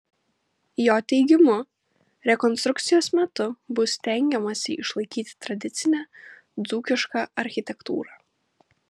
jo teigimu rekonstrukcijos metu bus stengiamasi išlaikyti tradicinę dzūkišką architektūrą